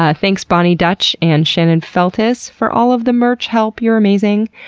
ah thanks boni dutch and shannon feltus for all of the merch help. you're amazing.